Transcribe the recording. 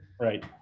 Right